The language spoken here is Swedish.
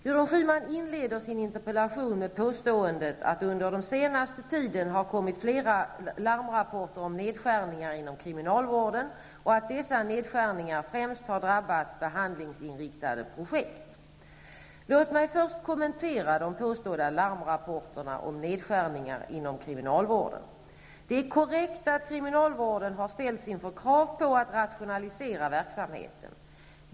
Gudrun Schyman inleder sin interpellation med påståendet att det under den senaste tiden har kommit flera larmrapporter om nedskärningar inom kriminalvården och att dessa nedskärningar främst har drabbat behandlingsinriktade projekt. Låt mig först kommentera de påstådda larmrapporterna om nedskärningar inom kriminalvården. Det är korrekt att kriminalvården har ställts inför krav på att rationalisera verksamheten.